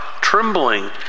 trembling